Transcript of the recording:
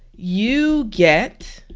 you get